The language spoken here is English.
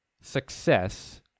success